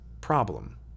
problem